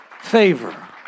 favor